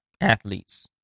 athletes